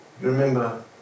Remember